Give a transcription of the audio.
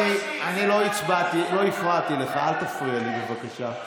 אני לא הפרעתי לך, אל תפריע לי, בבקשה.